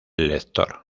lector